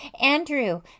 Andrew